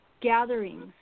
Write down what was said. gatherings